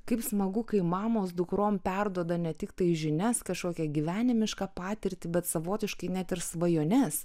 kaip smagu kai mamos dukrom perduoda ne tiktai žinias kažkokią gyvenimišką patirtį bet savotiškai net ir svajones